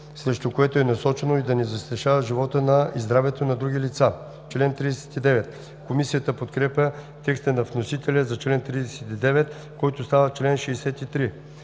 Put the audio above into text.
срещу което е насочено, и да не застрашава живота и здравето на други лица.“ Комисията подкрепя текста на вносителя за чл. 39, който става чл. 63.